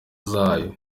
zayo